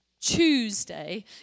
Tuesday